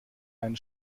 einen